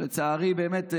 שלצערי באמת,